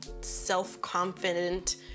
self-confident